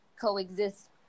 coexist